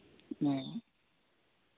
ᱚ